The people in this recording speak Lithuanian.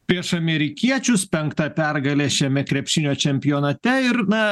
prieš amerikiečius penkta pergalė šiame krepšinio čempionate ir na